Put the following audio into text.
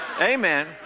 amen